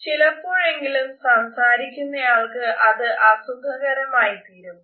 ചിലപ്പോഴെങ്കിലും സംസാരിക്കുന്നയാൾക്ക് അത് അസുഖകരമായിത്തീരും